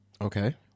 Okay